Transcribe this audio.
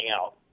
out